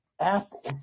Apple